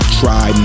try